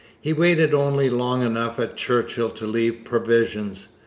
he waited only long enough at churchill to leave provisions.